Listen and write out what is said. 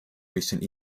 recent